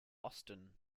austin